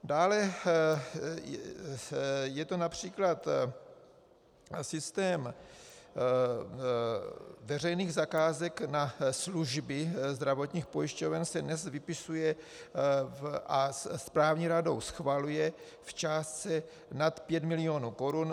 Dále je to například systém veřejných zakázek na služby zdravotních pojišťoven, který se dnes vypisuje a správní radou schvaluje v částce nad 5 milionů korun.